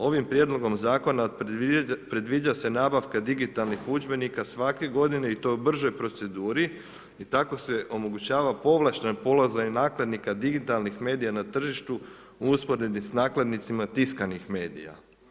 Ovim prijedlog zakona predviđa se nabavka digitalnih udžbenika svake godine i to po bržoj proceduri i tako se omogućava povlašteno… nakladnika digitalnih medija na tržištu u usporedbi s nakladnicima tiskanih medija.